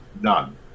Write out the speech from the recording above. None